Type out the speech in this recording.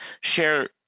share